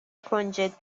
کنجد